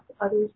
others